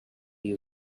you